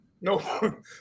no